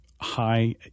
high –